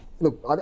Look